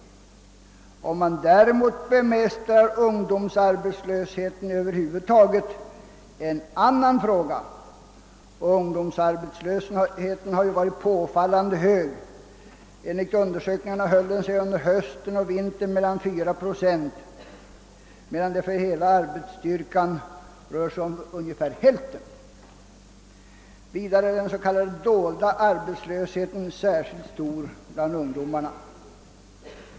Om man därmed bemästrar ungdomsarbetslösheten över huvud taget är en annan fråga. Denna arbetslöshet har varit påfallande hög. Enligt under sökningarna höll den sig under hösten och vintern kring 4 procent, medan arbetslösheten för hela arbetsstyrkan rörde sig om ungefär hälften. Vidare är den s.k. dolda arbetslösheten särskilt stor bland ungdomen.